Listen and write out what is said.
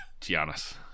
giannis